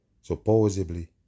supposedly